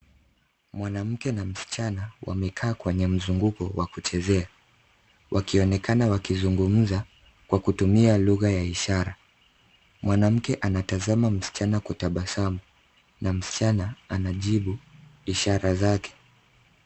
Mwanamke na msichana wamekaa kwenye mzunguko wa kuchezea wakionekena wakizungumza kwa kutumia lugha za ishara. Mwanamke anatazama msichana kutabasamu na msichana anajibu ishara zake.